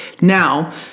now